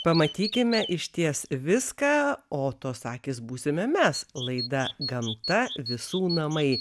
pamatykime išties viską o tos akys būsime mes laida gamta visų namai